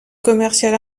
commercial